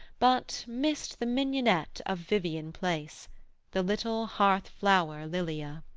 but missed the mignonette of vivian-place, the little hearth-flower lilia.